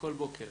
כל בוקר